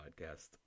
podcast